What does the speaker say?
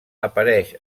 apareix